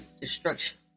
destruction